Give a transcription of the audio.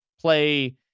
play